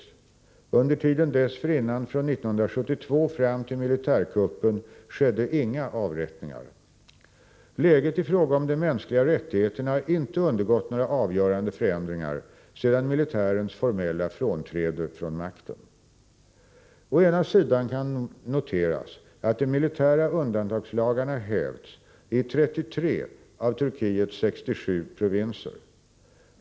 Under tiden dessförinnan, från 1972 fram till militärkuppen, skedde inga avrättningar. Läget i fråga om de mänskliga rättigheterna har inte undergått några avgörande förändringar efter militärens formella frånträde från makten. Å ena sidan kan noteras att de militära undantagslagarna hävts i 33 av Turkiets 67 provinser.